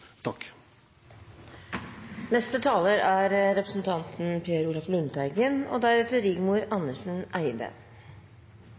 Siste taler, representanten Per Olaf Lundteigen,